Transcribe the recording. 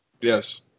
Yes